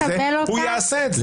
הוא יעשה את זה.